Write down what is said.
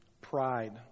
Pride